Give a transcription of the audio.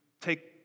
take